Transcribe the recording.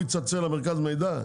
הוא יצלצל למרכז מידע?